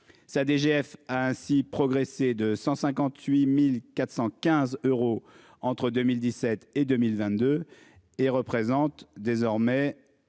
ça DGF a ainsi progressé de 158.415 euros entre 2017 et 2022 et représente désormais.